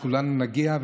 שכולנו נגיע,